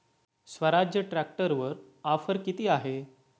स्वराज्य ट्रॅक्टरवर ऑफर किती आहे?